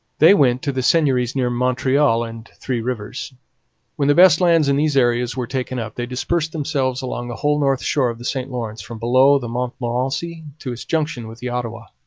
they went to the seigneuries near montreal and three rivers when the best lands in these areas were taken up, they dispersed themselves along the whole north shore of the st lawrence from below the montmorency to its junction with the ottawa.